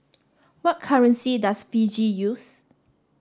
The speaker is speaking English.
what currency does Fiji use